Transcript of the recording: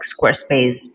Squarespace